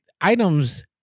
items